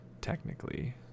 Technically